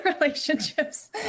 relationships